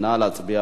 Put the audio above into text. בבקשה.